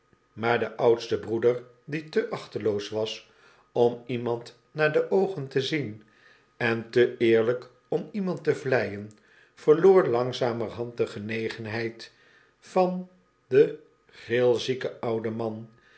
maar de oudste broeder die te achteloos was om iemand naar de oogen te zien en te eerlp om iemand te vleien verloor langzamerhand de genegenheid van den grilzieken ouden man